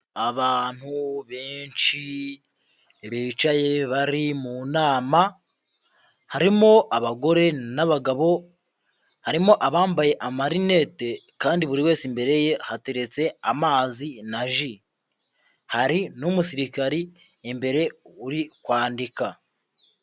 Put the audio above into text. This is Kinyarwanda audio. Abantu benshi bicaye bari mu nama, harimo abagore n'abagabo, harimo abambaye amarinete kandi buri wese imbere ye hateretse amazi na ji. Hari n'umusirikari imbere uri kwandika.